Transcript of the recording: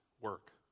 work